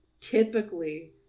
typically